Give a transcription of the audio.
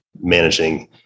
managing